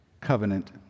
covenant